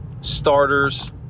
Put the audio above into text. starters